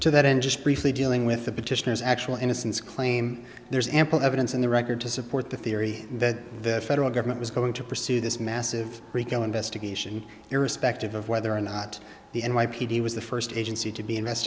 to that end just briefly dealing with the petitioners actual innocence claim there's ample evidence in the record to support the theory that the federal government was going to pursue this massive rico investigation irrespective of whether or not the n y p d was the first agency to be